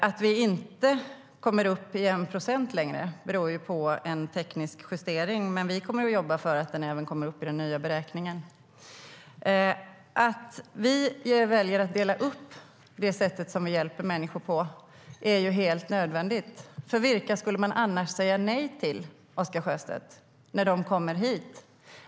Att vi inte kommer upp i 1 procent längre beror på en teknisk justering, men vi kommer att jobba för att biståndet ska komma upp i 1 procent även med den nya beräkningen. Att vi väljer att dela upp hjälpen till människor på detta sätt är helt nödvändigt. Vilka skulle man annars säga nej till, Oscar Sjöstedt, när de kommer hit?